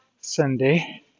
Sunday